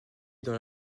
dans